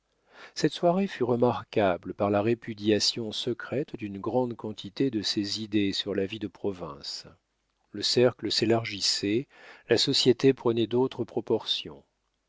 cette soirée fut remarquable par la répudiation secrète d'une grande quantité de ses idées sur la vie de province le cercle s'élargissait la société prenait d'autres proportions